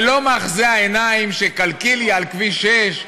ללא מאחזי העיניים שקלקיליה על כביש 6,